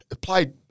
played